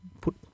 put